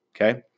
okay